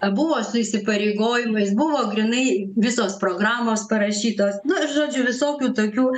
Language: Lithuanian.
buvo su įsipareigojimais buvo grynai visos programos parašytos nu žodžiu visokių tokių